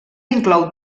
inclou